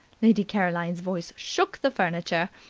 lady caroline's voice shook the furniture.